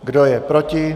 Kdo je proti?